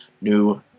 new